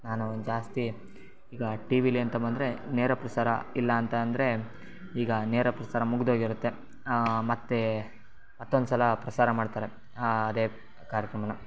ನಾನು ಜಾಸ್ತಿ ಈಗ ಟಿ ವಿಲಿ ಅಂತ ಬಂದರೆ ನೇರಪ್ರಸಾರ ಇಲ್ಲ ಅಂತ ಅಂದರೆ ಈಗ ನೇರಪ್ರಸಾರ ಮುಗಿದೋಗಿರುತ್ತೆ ಮತ್ತೆ ಮತ್ತೊಂದು ಸಲ ಪ್ರಸಾರ ಮಾಡ್ತಾರೆ ಅದೇ ಕಾರ್ಯಕ್ರಮನ